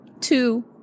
two